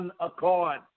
accord